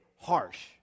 harsh